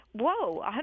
whoa